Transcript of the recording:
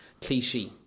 cliche